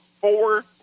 four